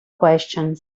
questions